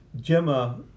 Gemma